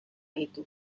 itu